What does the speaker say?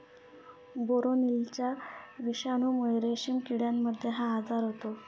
बोरोलिनाच्या विषाणूमुळे रेशीम किड्यांमध्ये हा आजार होतो